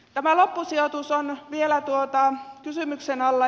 tämä loppusijoitus on vielä kysymyksen alla